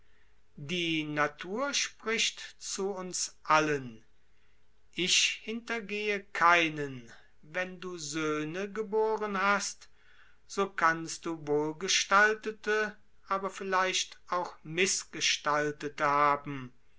die natur spricht zu uns allen ich hintergehe keinen wenn du söhne geboren hast so kannst du wohlgestaltete aber vielleicht auch mißgestaltete haben